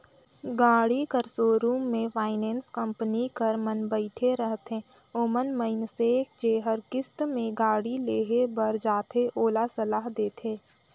गाड़ी कर सोरुम में फाइनेंस कंपनी कर मन बइठे रहथें ओमन मइनसे जेहर किस्त में गाड़ी लेहे बर जाथे ओला सलाह देथे